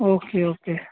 okay okay